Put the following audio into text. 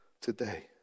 today